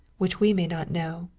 which we may not know,